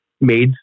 made